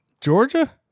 Georgia